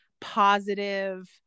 positive